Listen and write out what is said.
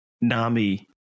Nami